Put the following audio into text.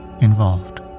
involved